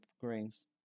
greens